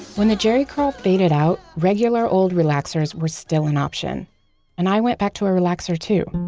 when the jheri curl faded out regular old relaxers were still an option and i went back to a relaxer too.